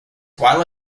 while